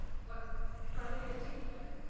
what are we going to do with it?